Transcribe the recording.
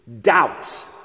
doubt